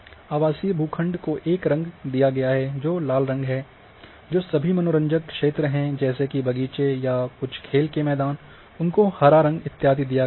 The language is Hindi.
आवासीय भू खंड को एक रंग दिया गया है जो लाल रंग है जो सभी मनोरंजक क्षेत्र है जैसे कि बगीचे या कुछ खेल के मैदान उनको हरा रंग इत्यादि दिया गया है